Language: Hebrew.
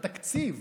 בתקציב.